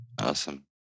Awesome